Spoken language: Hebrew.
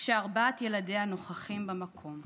כשארבעת ילדיה נוכחים במקום,